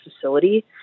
facility